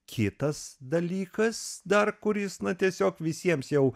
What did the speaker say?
kitas dalykas dar kuris na tiesiog visiems jau